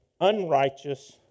unrighteous